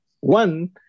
one